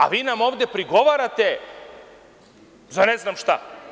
A vi nam ovde prigovarate za ne znam šta.